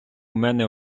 мене